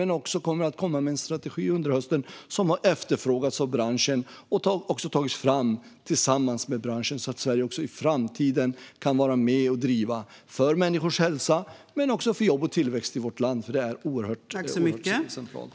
Vi kommer också att komma med en strategi under hösten som har efterfrågats av branschen och tagits fram tillsammans med branschen, så att Sverige även i framtiden kan vara med och driva detta för människors hälsa men också för jobb och tillväxt i vårt land. Det är oerhört centralt.